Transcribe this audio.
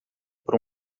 por